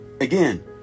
Again